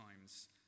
times